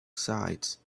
sides